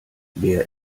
wer